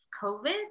COVID